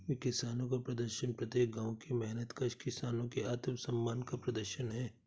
किसानों का प्रदर्शन प्रत्येक गांव के मेहनतकश किसानों के आत्मसम्मान का प्रदर्शन है